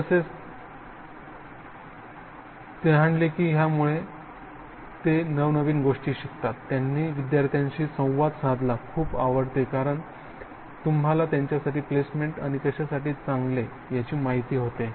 तसेच तेंहानले की ह्यामुळे ते नवनवीन गोष्टी शिकतात त्यांना विद्यार्थ्यांशी संवाद साधायला खूप आवडते कारण विद्यार्थी तुम्हाला त्यांच्यासाठी प्लेसमेंट आणि कशासाठी चांगले याची माहिती होते